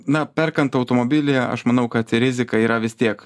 na perkant automobilį aš manau kad rizika yra vis tiek